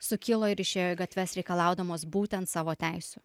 sukilo ir išėjo į gatves reikalaudamos būtent savo teisių